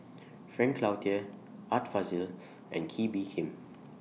Frank Cloutier Art Fazil and Kee Bee Khim